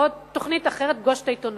או תוכנית אחרת, "פגוש את העיתונות"